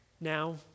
Now